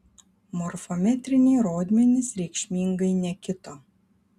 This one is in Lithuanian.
morfometriniai rodmenys reikšmingai nekito